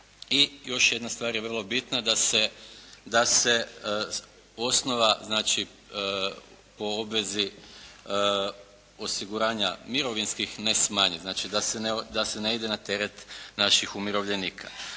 I još jedna stvar je vrlo bitna da se s osnova znači po obvezi osiguranja mirovinskih ne smanji, znači da se ne ide na teret naših umirovljenika.